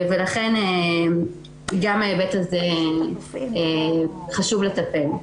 לכן גם מההיבט הזה חשוב לטפל.